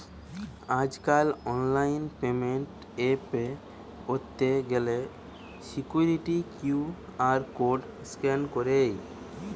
আজকাল online payment এ pay কইরতে গ্যালে সিকুইরিটি কিউ.আর কোড স্ক্যান কইরে